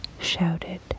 shouted